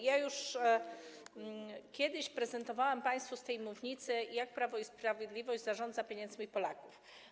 Już kiedyś prezentowałam państwu z tej mównicy, jak Prawo i Sprawiedliwość zarządza pieniędzmi Polaków.